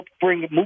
bring